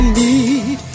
need